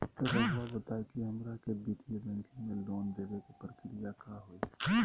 रहुआ बताएं कि हमरा के वित्तीय बैंकिंग में लोन दे बे के प्रक्रिया का होई?